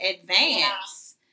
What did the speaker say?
advance